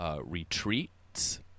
retreats